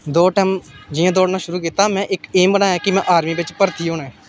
दो टैम जियां दौड़ना शुरू कीता में इक ऐम बनाया कि में आर्मी बिच्च भर्ती होना ऐ